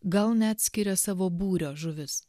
gal net skiria savo būrio žuvis